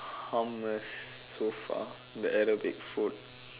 hummus so far the Arabic food